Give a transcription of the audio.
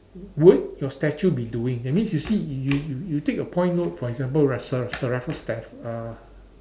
would your statue be doing that means you see you you you take a point note for example Ra~ sir sir Raffles Stamf~ err